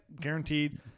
guaranteed